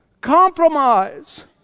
Compromise